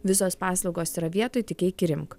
visos paslaugos yra vietoj tik eik ir imk